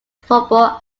football